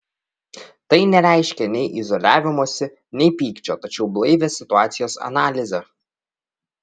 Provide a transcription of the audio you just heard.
tai nereiškia nei izoliavimosi nei pykčio tačiau blaivią situacijos analizę